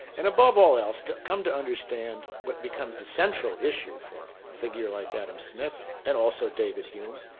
and above all else, to come to understand what becomes the central issue for a figure like adam smith and also david hume,